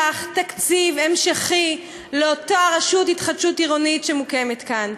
תקציב המשכי לאותה רשות להתחדשות עירונית שמוקמת כאן.